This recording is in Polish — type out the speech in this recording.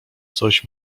coś